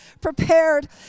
prepared